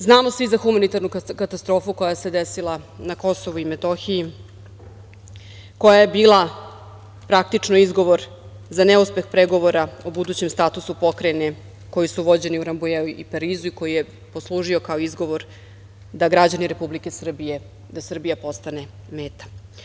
Znamo svi za humanitarnu katastrofu koja se desila na Kosovu i Metohiji, koja je bila, praktično, izgovor za neuspeh pregovora o budućem statusu pokrajine, koji su vođeni u Rambujeu i u Parizu i koji je poslužio kao izgovor da građani Republike Srbije, da Srbija postane meta.